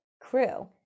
crew